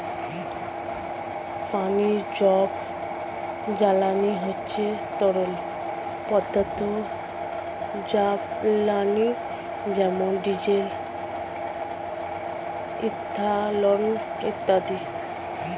পানীয় জৈব জ্বালানি হচ্ছে তরল পদার্থ জ্বালানি যেমন ডিজেল, ইথানল ইত্যাদি